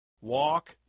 walk